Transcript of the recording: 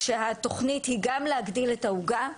כשהתוכנית היא גם להגדיל את העוגה,